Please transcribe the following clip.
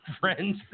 friends